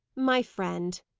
my friend,